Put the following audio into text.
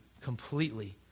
completely